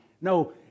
No